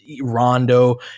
Rondo